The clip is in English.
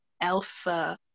alpha